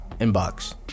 inbox